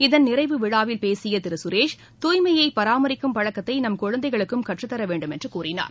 இதன் நிறைவு விழாவில் பேசியதிருசுரேஷ் துய்மைபராமரிக்கும் பழக்கத்தைநம் குழந்தைகளுக்கும் கற்றுத்தரவேண்டும் என்றுகூறினார்